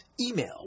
Email